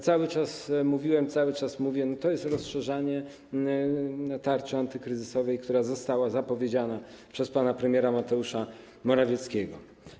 Cały czas mówiłem, cały czas mówię: to jest rozszerzanie tarczy antykryzysowej, która została zapowiedziana przez pana premiera Mateusza Morawieckiego.